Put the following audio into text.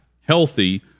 healthy